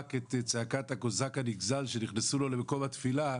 וצעק את זעקת הקוזק הנגזל שנכנסו למקום התפילה,